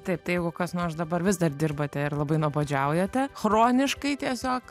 taip tai jeigu kas nors dabar vis dar dirbate ir labai nuobodžiaujate chroniškai tiesiog